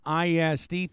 ISD